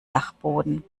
dachboden